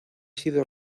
sido